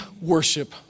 worship